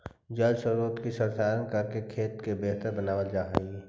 जलस्रोत के संरक्षण करके खेत के बेहतर बनावल जा हई